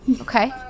okay